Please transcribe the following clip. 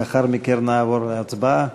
לאחר מכן נעבור להצבעה.